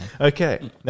Okay